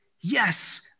Yes